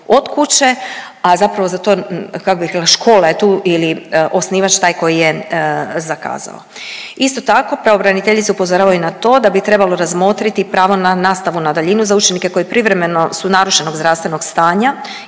od kuće a zapravo za to kako bih rekla škola je tu ili osnivač taj koji je zakazao. Isto tako, pravobraniteljice upozoravaju na to da bi trebalo razmotriti pravo na nastavu na daljinu za učenike koji privremeno su narušenog zdravstvenog stanja